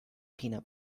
peanut